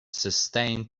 sustained